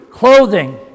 Clothing